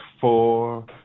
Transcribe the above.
four